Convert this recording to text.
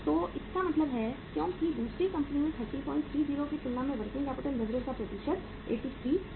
तो इसका मतलब है क्योंकि दूसरी कंपनी में 3030 की तुलना में वर्किंग कैपिटल लीवरेज का प्रतिशत 83 है